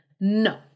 no